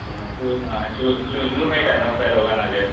आ shoes आ shoes शूजूय मेळटा न्हू पॅरोगानाचेर